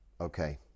Okay